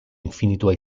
infinitua